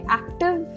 active